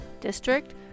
district